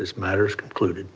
this matter is concluded